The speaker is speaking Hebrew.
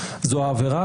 זו העבירה,